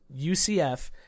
UCF